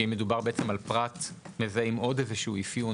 כי מדובר בעצם על פרט מזהה עם עוד איזשהו אפיון,